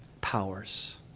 powers